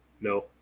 no